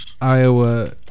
Iowa